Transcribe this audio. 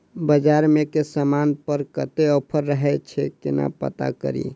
बजार मे केँ समान पर कत्ते ऑफर रहय छै केना पत्ता कड़ी?